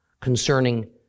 concerning